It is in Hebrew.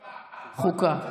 חוקה.